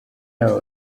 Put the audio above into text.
abo